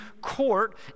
court